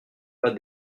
pas